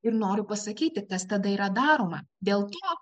ir noriu pasakyti kas tada yra daroma dėl to